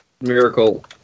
Miracle